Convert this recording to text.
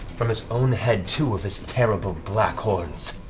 from his own head two of his terrible black horns,